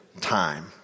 time